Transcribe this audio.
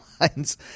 lines